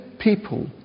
people